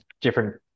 different